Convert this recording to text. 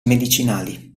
medicinali